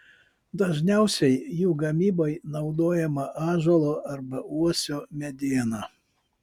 dažniausiai jų gamybai naudojama ąžuolo arba uosio mediena